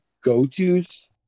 go-tos